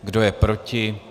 Kdo je proti?